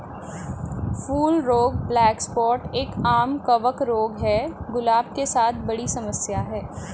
फूल रोग black spot एक, आम कवक रोग है, गुलाब के साथ बड़ी समस्या है